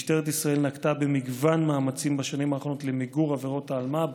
משטרת ישראל נקטה מגוון מאמצים בשנים האחרונות למיגור עברות האלמ"ב,